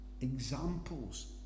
examples